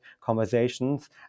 conversations